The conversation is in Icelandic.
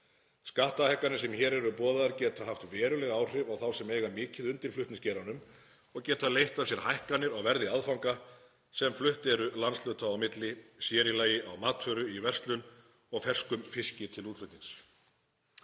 Skattahækkanir sem hér eru boðaðar geta haft veruleg áhrif á þá sem eiga mikið undir flutningsgeiranum og geta leitt af sér hækkanir á verði aðfanga sem flutt eru landshluta á milli, sér í lagi á matvöru í verslun og ferskum fiski til útflutnings.